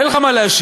אין לך מה להשיב.